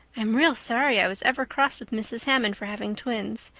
i'm real sorry i was ever cross with mrs. hammond for having twins.